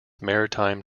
maritime